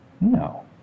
No